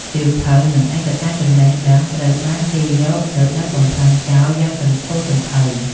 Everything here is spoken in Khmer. សៀវភៅ និងឯកសារចំណេះដឹងត្រូវបានគេយកទៅដុតបំផ្លាញចោលយ៉ាងសន្ធោសន្ធៅ។